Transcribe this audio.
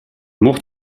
mocht